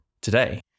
today